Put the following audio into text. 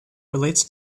relates